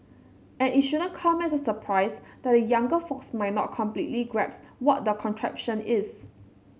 and it shouldn't come as a surprise that the younger folks might not completely grasp what that contraption is